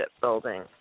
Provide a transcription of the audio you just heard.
building